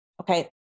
okay